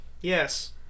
Yes